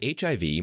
HIV